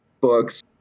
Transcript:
books